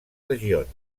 regions